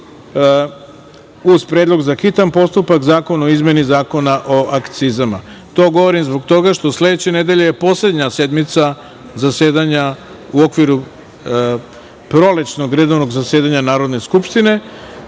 uz predlog za hitan postupak, Zakon o izmeni Zakona o akcizama. To govorim zbog toga što je sledeće nedelje poslednja sedmica zasedanja u okviru prolećnog redovnog zasedanja Narodne skupštine,